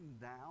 down